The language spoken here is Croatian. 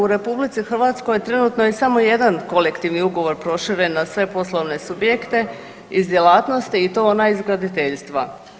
U RH trenutno je samo jedan kolektivni ugovor proširen na sve poslovne subjekte iz djelatnosti i to onaj iz graditeljstva.